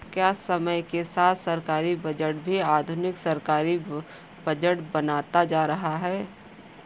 क्या समय के साथ सरकारी बजट भी आधुनिक सरकारी बजट बनता जा रहा है?